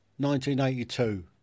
1982